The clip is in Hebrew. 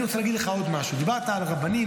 רוצה להגיד לך עוד משהו: דיברת על רבנים,